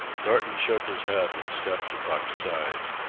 thornton shook his head and stepped to buck's side.